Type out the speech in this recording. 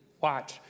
watch